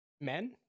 Men